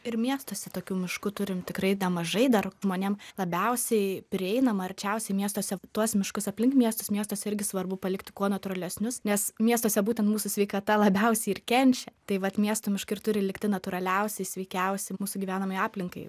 ir miestuose tokių miškų turim tikrai nemažai dar žmonėm labiausiai prieinama arčiausiai miestuose tuos miškus aplink miestus miestuose irgi svarbu palikti kuo natūralesnius nes miestuose būtent mūsų sveikata labiausiai ir kenčia tai vat miesto miškai ir turi likti natūraliausi sveikiausi mūsų gyvenamai aplinkai